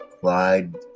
Clyde